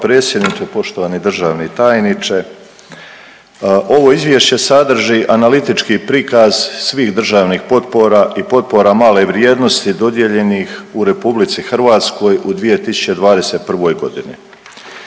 potpredsjedniče, poštovani državni tajniče. Ovo izvješće sadrži analitički prikaz svih državnih potpora i potpora male vrijednosti dodijeljenih u Republici Hrvatskoj u 2021. godini